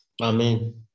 Amen